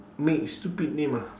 make stupid name ah